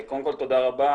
תודה רבה